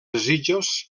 desitjos